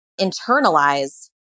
internalize